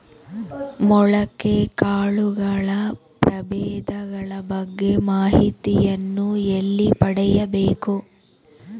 ಮೊಳಕೆ ಕಾಳುಗಳ ಪ್ರಭೇದಗಳ ಬಗ್ಗೆ ಮಾಹಿತಿಯನ್ನು ಎಲ್ಲಿ ಪಡೆಯಬೇಕು?